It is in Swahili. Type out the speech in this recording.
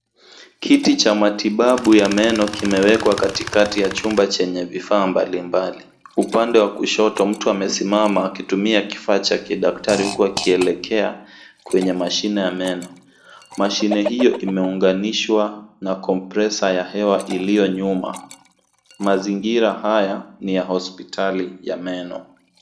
Kiti cha matibabu ya meno kimewekwa katikati ya chumba chenye vifaa mbalimbali. Upande wa kushoto mtu amesimama akitumia kifaa cha kidaktari huku akielekea kwenye mashine ya meno. Mashine iyo imeunganishwa na compressor ya hewa iliyonyuma, mazingira haya ni ya hospitali ya meno.